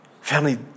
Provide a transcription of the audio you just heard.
Family